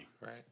Right